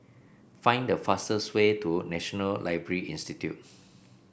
find the fastest way to National Library Institute